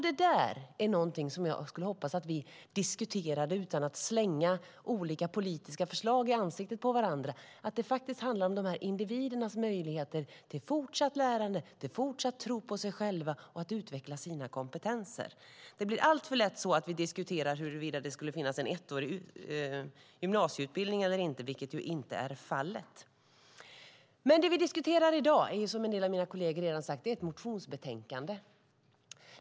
Det där är någonting som jag skulle hoppas att vi diskuterade utan att slänga olika politiska förslag i ansiktet på varandra. Det handlar faktiskt om de här individernas möjligheter till fortsatt lärande, till fortsatt tro på sig själva och sin förmåga att utveckla sina kompetenser. Det blir alltför lätt så att vi diskuterar huruvida det skulle finnas en ettårig gymnasieutbildning eller inte, vilket ju inte är fallet. Det vi diskuterar i dag är, som en del av mina kolleger redan har sagt, ett motionsbetänkande.